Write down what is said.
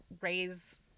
raise